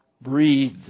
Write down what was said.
Breathe